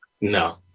No